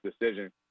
decision